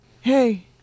hey